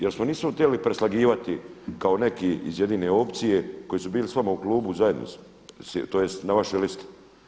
Jer se nismo htjeli preslagivati kao neki iz Jedine opcije koji su bili s vama u klubu zajedno tj. na vašoj listi.